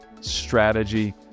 strategy